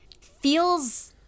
feels